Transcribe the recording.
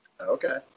okay